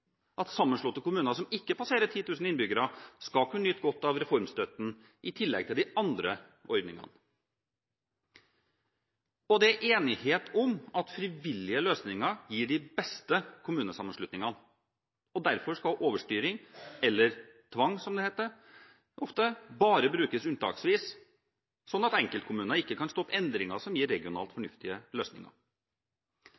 at sammenslåtte kommuner som ikke passerer 10 000 innbyggere, skal kunne nyte godt av reformstøtten, i tillegg til de andre ordningene. Det er enighet om at frivillige løsninger gir de beste kommunesammenslutningene. Derfor skal overstyring eller «tvang», som det ofte heter, bare brukes unntaksvis, slik at enkeltkommuner ikke kan stoppe endringer som gir regionalt